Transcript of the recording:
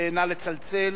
נא לצלצל.